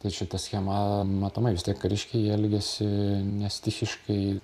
tai čia ta schema matomai vis tiek kariškiai jie elgiasi ne stichiškai